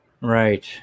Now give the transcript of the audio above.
right